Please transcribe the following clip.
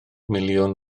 miliwn